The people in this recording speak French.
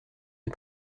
des